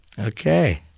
Okay